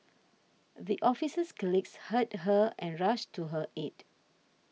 the officer's colleagues heard her and rushed to her aid